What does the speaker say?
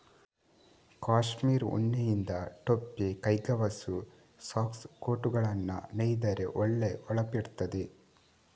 ಕಾಶ್ಮೀರ್ ಉಣ್ಣೆಯಿಂದ ಟೊಪ್ಪಿ, ಕೈಗವಸು, ಸಾಕ್ಸ್, ಕೋಟುಗಳನ್ನ ನೇಯ್ದರೆ ಒಳ್ಳೆ ಹೊಳಪಿರ್ತದೆ